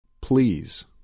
please